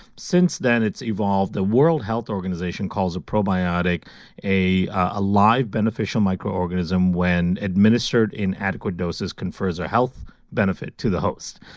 since then, it's evolved the world health organization calls a probiotic a a live beneficial microorganism when administered in adequate doses, confers a health benefit to the host.